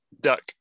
duck